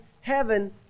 heaven